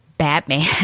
Batman